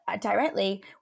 directly